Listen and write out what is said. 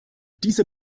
dieser